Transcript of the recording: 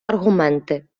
аргументи